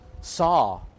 saw